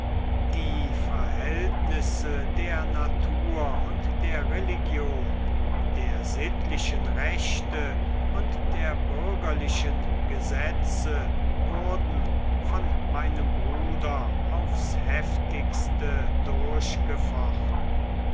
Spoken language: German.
die verhältnisse der natur und der religion der sittlichen rechte und der bürgerlichen gesetze wurden von meinem bruder aufs heftigste durchgefochten